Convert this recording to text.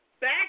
back